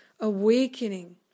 awakening